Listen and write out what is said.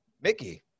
Mickey